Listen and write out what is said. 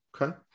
Okay